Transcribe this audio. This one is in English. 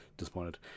disappointed